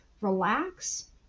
relax